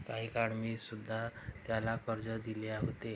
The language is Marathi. काही काळ मी सुध्धा त्याला कर्ज दिले होते